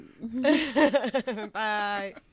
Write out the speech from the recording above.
bye